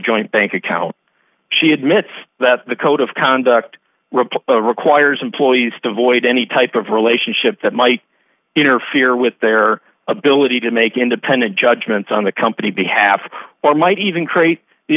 joint bank account she admits that the code of conduct a requires employees to avoid any type of relationship that might interfere with their ability to make independent judgments on the company behalf or might even create the